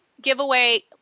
Giveaway